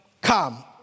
Come